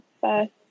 first